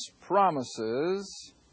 promises